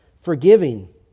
forgiving